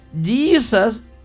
Jesus